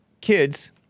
kids